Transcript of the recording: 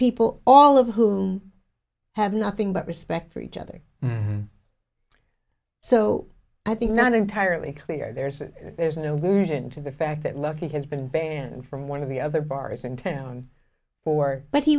people all of whom have nothing but respect for each other so i think not entirely clear there's a there's an aversion to the fact that look it has been banned from one of the other bars in town or but he